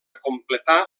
completar